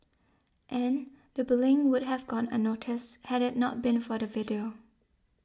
and the bullying would have gone unnoticed had it not been for the video